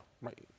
right